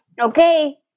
okay